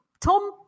Tom